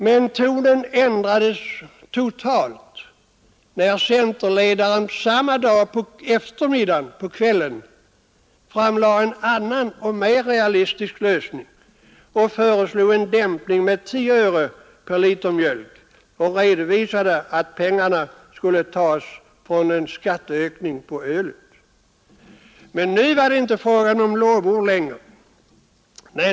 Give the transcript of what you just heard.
Men tonen ändrades totalt, när centerledaren samma dag på eftermiddagen framlade en annan och mera realistisk lösning och föreslog en dämpning med 10 öre per liter mjölk, samtidigt som han redovisade att pengarna skulle kunna tas in genom ökad skatt på öl. Nu var det inte fråga om några lovord längre.